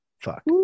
fuck